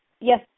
Yes